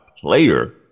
player